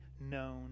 known